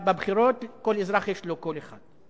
בבחירות, כל אזרח יש לו קול אחד.